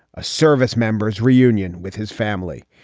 a service member's reunion with his family.